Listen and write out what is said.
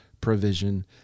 provision